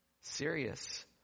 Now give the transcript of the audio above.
Serious